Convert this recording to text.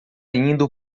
indo